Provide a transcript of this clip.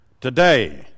Today